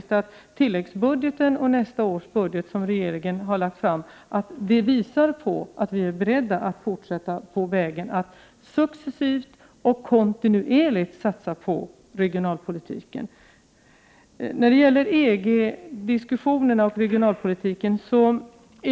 Tilläggsbudgeten och nästa års budget tycker jag visar att vi i regeringen är beredda att fortsätta att successivt och kontinuerligt satsa på regionalpolitiken. Så något om EG-diskussionen och regionalpolitiken.